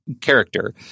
character